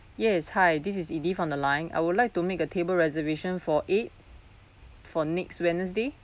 yes hi this is edith on the line I would like to make a table reservation for eight for next wednesday